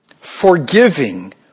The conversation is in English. forgiving